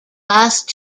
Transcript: last